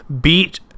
beat